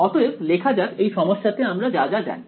অতএব লেখা যাক এই সমস্যাতে আমরা যা যা জানি